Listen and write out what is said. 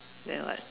then what